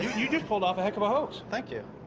you just pulled off a heck of a hoax. thank you.